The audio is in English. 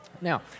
Now